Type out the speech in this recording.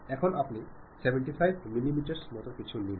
এখন আপনি 75 মিলিমিটার মত কিছু নিন